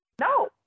No